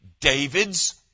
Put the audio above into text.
David's